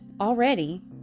already